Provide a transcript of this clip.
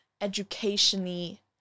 educationally